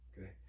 Okay